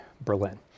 Berlin